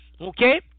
Okay